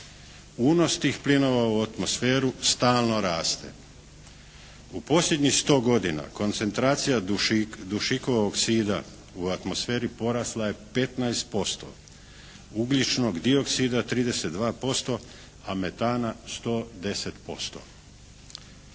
Unos tih plinova u atmosferu stalno raste. U posljednjih 100 godina koncentracija dušikovog oksida u atmosferi porasla je 15%, ugljičnog dioksida 32%, a metana 110%.